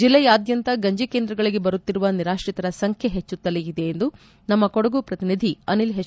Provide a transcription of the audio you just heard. ಜಿಲ್ಲೆಯಾದ್ಯಂತಲಿ ಗಂಜಿಕೇಂದ್ರಗಳಿಗೆ ಬರುತ್ತಿರುವ ನಿರಾತ್ರಿತರ ಸಂಖ್ಯೆ ಹೆಚ್ಚುತ್ತಲೇ ಇದೆ ಎಂದು ನಮ್ಮ ಕೊಡಗು ಪ್ರತಿನಿಧಿ ಅನಿಲ್ ಎಚ್